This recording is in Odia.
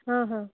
ହଁ ହଁ